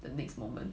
the next moment